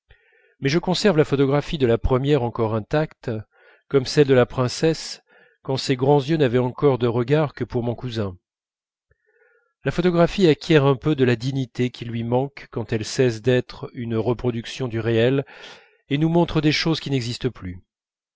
mais je conserve la photographie de la première encore intacte comme celle de la princesse quand ses grands yeux n'avaient encore de regards que pour mon cousin la photographie acquiert un peu de la dignité qui lui manque quand elle cesse d'être une reproduction du réel et nous montre des choses qui n'existent plus